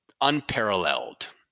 unparalleled